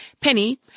Penny